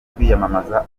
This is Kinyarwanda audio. kwiyamamaza